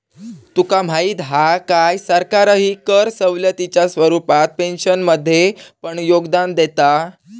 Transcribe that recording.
तुका माहीत हा काय, सरकारही कर सवलतीच्या स्वरूपात पेन्शनमध्ये पण योगदान देता